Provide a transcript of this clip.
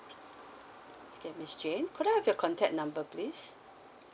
okay miss jane could I have your contact number please